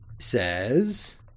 says –